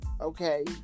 okay